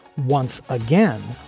once again,